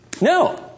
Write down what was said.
No